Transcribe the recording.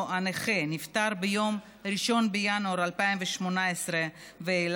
הנכה נפטר ביום ראשון בינואר 2018 ואילך.